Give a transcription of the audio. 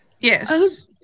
Yes